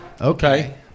Okay